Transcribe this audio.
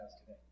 today